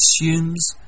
assumes